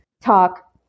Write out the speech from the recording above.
talk